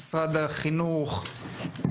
למשרד החינוך,